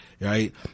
Right